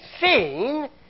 seen